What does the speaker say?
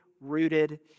rooted